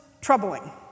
troubling